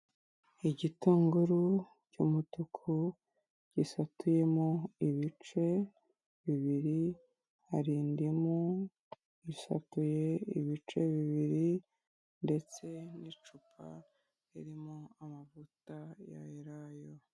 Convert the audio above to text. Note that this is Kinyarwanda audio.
Igitunguru cy'umutuku gisatuyemo ibice bibiri hari indimu isatuye ibice bibiri ndetse n'icupa ririmo amavuta ya elayo.